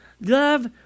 love